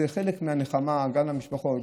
זה חלק מהנחמה גם למשפחות,